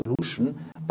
solution